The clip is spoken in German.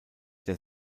der